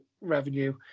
revenue